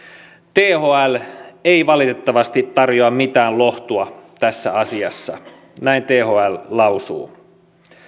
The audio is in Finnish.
thl ei valitettavasti tarjoa mitään lohtua tässä asiassa näin thl lausuu